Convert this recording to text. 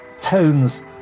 tones